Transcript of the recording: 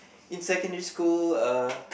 in secondary school uh